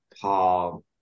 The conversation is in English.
Paul